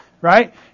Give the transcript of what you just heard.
right